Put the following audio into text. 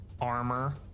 armor